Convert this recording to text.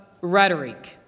rhetoric